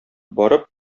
барып